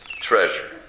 treasure